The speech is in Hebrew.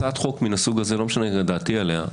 הצעת חוק מהסוג הזה, לא שנה מה דעתי עליה,